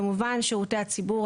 כמובן שירותי הציבור,